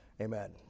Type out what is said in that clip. Amen